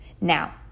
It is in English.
Now